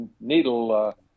needle